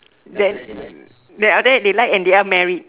then then after that they like and they are married